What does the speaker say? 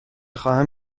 خواهم